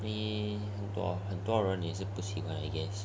你很多很多人也是不行 ah I guess